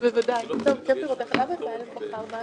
הוזכר פה הנושא של הצורך בשינוי.